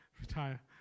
retire